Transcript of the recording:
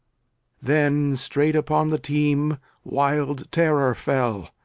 then straight upon the team wild terror fell.